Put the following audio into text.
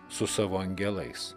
su savo angelais